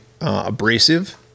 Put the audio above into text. abrasive